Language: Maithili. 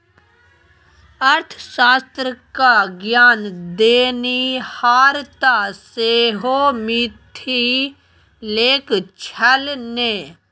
अर्थशास्त्र क ज्ञान देनिहार तँ सेहो मिथिलेक छल ने